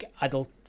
adult